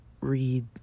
read